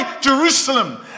Jerusalem